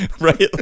Right